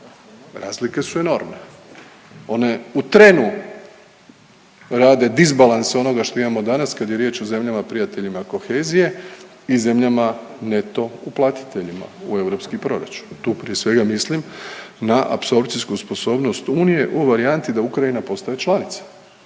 razlike su enormne, one u trenu rade disbalans onoga što imamo danas kad je riječ o zemljama prijateljima kohezije i zemljama neto uplatiteljima u europski proračun. Tu prije svega mislim na apsorpcijsku sposobnost Unije u varijanti da Ukrajina postaje članica,